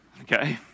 Okay